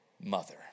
mother